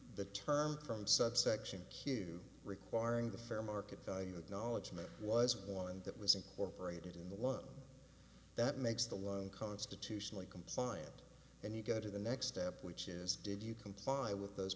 the term from subsection q requiring the fair market value of knowledge move was one that was incorporated in the loan that makes the loan constitutionally compliant and you go to the next step which is did you comply with those